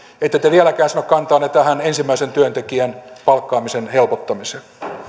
ette te vieläkään sano kantaanne tähän ensimmäisen työntekijän palkkaamisen helpottamiseen